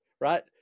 right